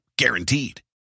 Guaranteed